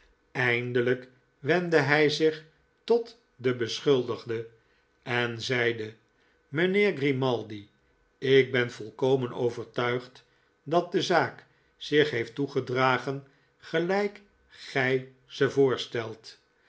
eindelijk wendde hij zich tot den beschuldigde en zeide mijnheer grimaldi ik ben volkomen overtuigd dat de zaak zich heeft toegedragen gelijk gij ze voorstelt